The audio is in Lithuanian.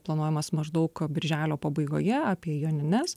planuojamas maždaug birželio pabaigoje apie jonines